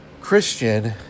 Christian